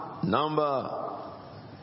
Number